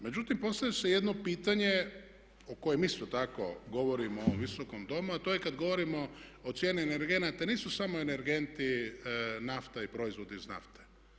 Međutim, postavlja se jedno pitanje o kojem isto tako govorimo u ovom Visokom domu a to je kada govorimo o cijeni energenata jer nisu samo energenti nafta i proizvodi iz nafte.